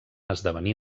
esdevenir